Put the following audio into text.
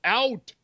out